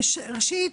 ראשית,